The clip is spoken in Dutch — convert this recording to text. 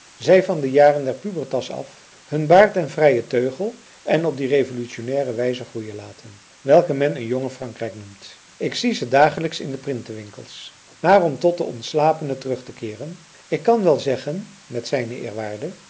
zij van de jaren der pubertas af hun baard den vrijen teugel en op die revolutionnaire wijze groeien laten welke men een jonge frankrijk noemt ik zie ze dagelijks in de printewinkels maar om tot den ontslapene terug te keeren ik kan wel zeggen met